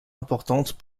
importante